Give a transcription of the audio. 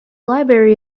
library